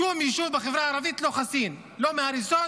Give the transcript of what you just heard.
שום יישוב בחברה הערבית לא חסין, לא מהריסות